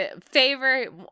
Favorite